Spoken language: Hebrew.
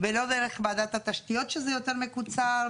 ולא דרך וועדת התשתיות שזה יותר מקוצר.